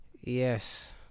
Yes